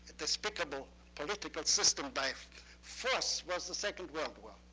despicable political system by force was the second world war.